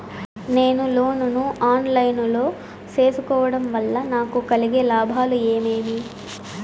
నేను లోను ను online లో సేసుకోవడం వల్ల నాకు కలిగే లాభాలు ఏమేమీ?